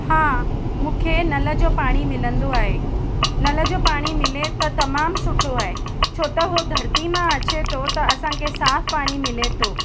हा मूंखे नल जो पाणी मिलंदो आहे नल जो पाणी मिले त तमामु सुठो आहे छो त हू धरती मां अचे थो त असांखे साफ़ु पाणी मिले थो